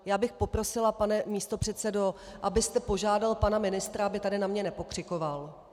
Já bych poprosila, pane místopředsedo, abyste požádal pana ministra, aby tady na mě nepokřikoval.